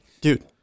Dude